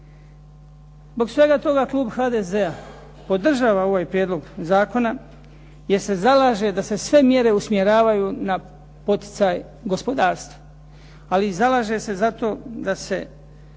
Zbog svega toga klub HDZ-a podržava ovaj prijedlog zakona jer se zalaže da se sve mjere usmjeravaju na poticaj gospodarstva, ali zalaže se i za to da